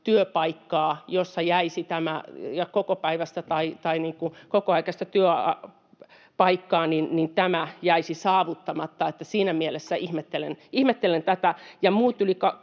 tarjotaan kokopäiväistä tai kokoaikaista työpaikkaa, jossa tämä jäisi saavuttamatta. Siinä mielessä ihmettelen tätä.